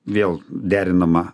vėl derinama